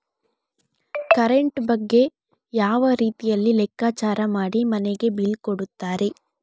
Current ಬಗ್ಗೆ ಯಾವ ರೀತಿಯಲ್ಲಿ ಲೆಕ್ಕಚಾರ ಮಾಡಿ ಮನೆಗೆ ಬಿಲ್ ಕೊಡುತ್ತಾರೆ?